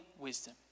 wisdom